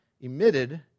emitted